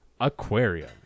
aquarium